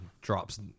drops